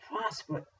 prosper